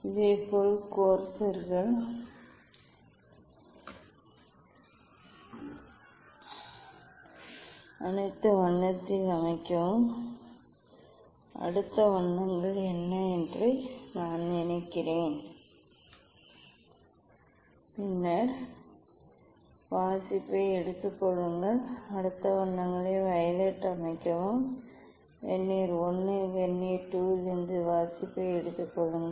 இதேபோல் கோர்செர்களை அடுத்த வண்ணத்தில் அமைக்கவும் அடுத்த வண்ணங்கள் என்ன என்று நான் நினைக்கிறேன் பின்னர் வாசிப்பை எடுத்துக் கொள்ளுங்கள் அடுத்த வண்ணங்களை வயலட் அமைக்கவும் வெர்னியர் I மற்றும் வெர்னியர் II இலிருந்து வாசிப்பை எடுத்துக் கொள்ளுங்கள்